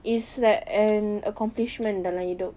it's like an accomplishment dalam hidup